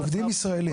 בעובדים ישראלים.